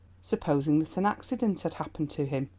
supposing that an accident had happened to him.